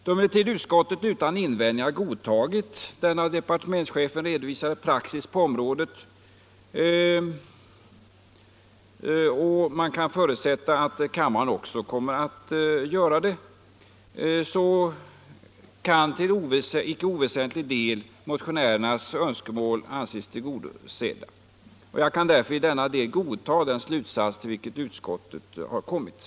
Då emellertid utskottet utan invändningar godtagit av departementschefen redovisad praxis på området och då man kan förutsätta att riksdagen också kommer att göra detta, kan motionärernas önskemål därmed till icke oväsentlig del anses tillgodosedda. Jag kan därför i denna del godtaga den slutsats till vilken utskottet har kommit.